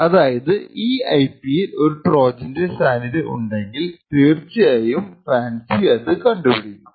അതായത് ഈ ഐപിയിൽ ഒരു ട്രോജന്റെ സാനിധ്യം ഉണ്ടെങ്കിൽ തീർച്ചയായും FANCI അത് കണ്ടു പിടിക്കും